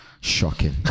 Shocking